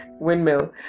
windmill